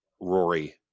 Rory